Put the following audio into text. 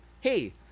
hey